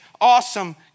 awesome